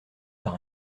par